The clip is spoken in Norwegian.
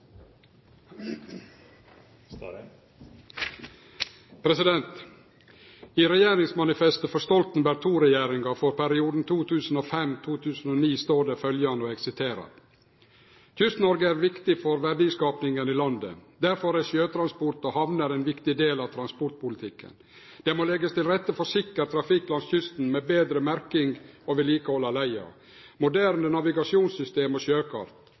hjelpemannskaper. I regjeringsmanifestet for Stoltenberg II-regjeringa for perioden 2005–2009 står det følgjande: «Kyst-Norge er viktig for verdiskapingen i landet. Derfor er sjøtransport og havner en viktig del av transportpolitikken. Det må legges til rette for sikker trafikk langs kysten, med betre merking og vedlikehold av leia, moderne navigasjonssystem og sjøkart.